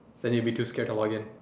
then you would be too scared to log in